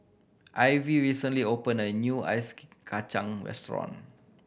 Ivie recently opened a new ice kachang restaurant